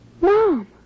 Mom